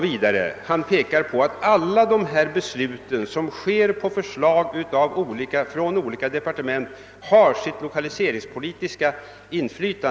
Han pekar på att alla de beslut som fattas på förslag från olika departement har inflytande på lokaliseringspolitiken.